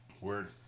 Word